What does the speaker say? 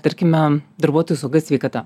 tarkime darbuotojų sauga sveikata